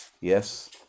Yes